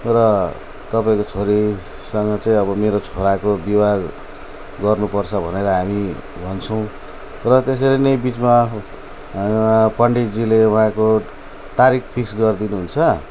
र तपाईँको छोरीसँग चाहिँ अब मेरो छोराको विवाह गर्नुपर्छ भनेर हामी भन्छौँ र त्यसरी नै बिचमा पण्डितजीले उहाँको तारिक फिक्स गरिदिनु हुन्छ